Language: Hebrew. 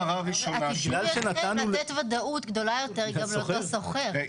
אתה רוצה לתת גם ודאות גדולה יותר לאותו שוכר.